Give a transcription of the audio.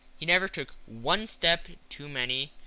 he never took one step too many,